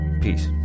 Peace